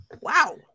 Wow